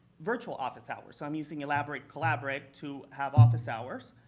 virtual office hours. so i'm using elaborate collaborate to have office hours.